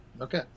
Okay